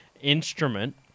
instrument